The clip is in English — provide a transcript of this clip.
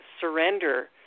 surrender